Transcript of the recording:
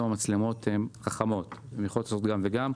היום המצלמות חכמות, והן יכולות לעשות גם וגם.